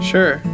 Sure